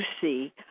see